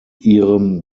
ihrem